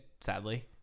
sadly